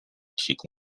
提供